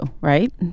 right